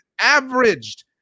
averaged